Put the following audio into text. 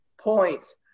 points